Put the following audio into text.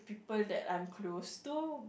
people that I'm close to